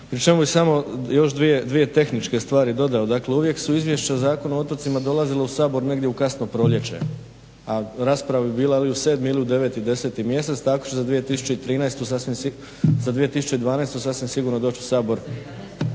pri čemu bih samo još dvije tehničke stvari dodao. Dakle uvijek su izvješća o Zakonu o otocima dolazila u Sabor negdje u kasno proljeće, a rasprava bi bila ili u 7.ili u 9.,10. Mjesec, tako će za 2012.sasvim sigurno doći u Sabor